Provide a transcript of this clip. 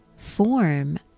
form